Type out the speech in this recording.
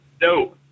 No